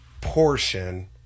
portion